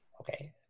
Okay